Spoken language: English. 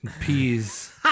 peas